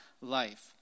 life